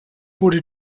wurde